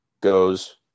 Goes